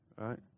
right